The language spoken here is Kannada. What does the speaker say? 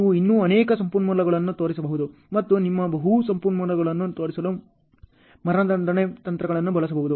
ನೀವು ಇನ್ನೂ ಅನೇಕ ಸಂಪನ್ಮೂಲಗಳನ್ನು ತೋರಿಸಬಹುದು ಮತ್ತು ನಿಮ್ಮ ಬಹು ಸಂಪನ್ಮೂಲಗಳನ್ನು ತೋರಿಸಲು ಮರಣದಂಡನೆ ತಂತ್ರಗಳನ್ನು ಬಳಸಬಹುದು